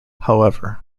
however